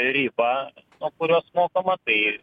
ribą nuo kurios mokama tai